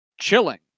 chilling